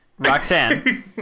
Roxanne